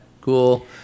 cool